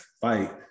fight